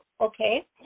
okay